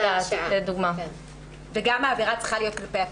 וגם העבירה צריכה להיות כלפי הקטין.